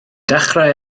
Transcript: dechrau